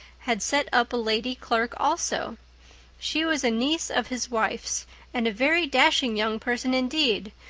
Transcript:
had set up a lady clerk also she was a niece of his wife's and a very dashing young person indeed,